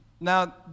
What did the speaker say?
now